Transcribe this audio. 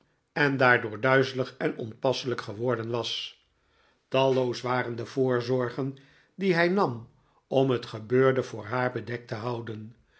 en daardoor duizelig en onpasselijk geworden was talloos waren de voorzorgen die hij nam om het gebeurde voor haar bedekt te houden